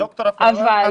שמענו.